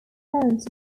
found